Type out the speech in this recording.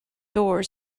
door